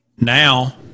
Now